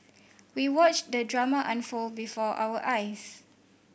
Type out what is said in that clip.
we watched the drama unfold before our eyes